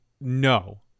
no